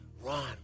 run